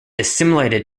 assimilated